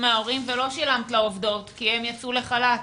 מההורים ולא שילמת לעובדות כי הן יצאו לחל"ת.